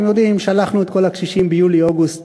אתם יודעים, שלחנו את כל הקשישים ביולי-אוגוסט